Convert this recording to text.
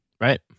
right